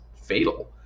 fatal